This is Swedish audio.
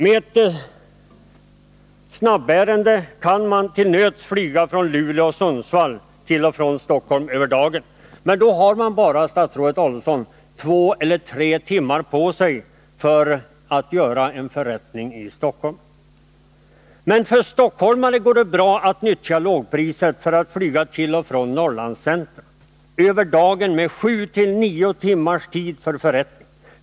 Med ett snabbärende kan man till nöds flyga från Luleå och Sundsvall till och från Stockholm över dagen. Då har man bara två eller tre timmar på sig för en förrättning i Stockholm. Men för stockholmare går det bra att utnyttja lågpriset för att flyga till och från Norrlandscentra över dagen med 7-9 timmars tid för förrättning.